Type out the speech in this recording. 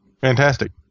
Fantastic